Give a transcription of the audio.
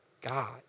God